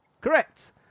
Correct